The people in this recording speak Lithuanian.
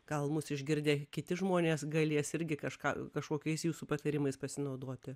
gal mūsų išgirdę kiti žmonės galės irgi kažką kažkokiais jūsų patarimais pasinaudoti